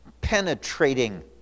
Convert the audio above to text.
penetrating